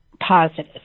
positive